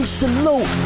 salute